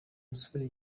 musore